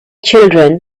children